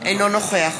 אינו נוכח